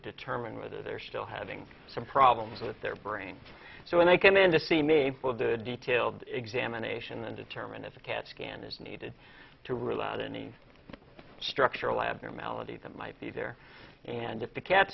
determine whether they're still having some problems with their brain so when they came in to see me with a detailed examination and determine if a cat scan is needed to rule out any structural abnormality that might be there and if the cat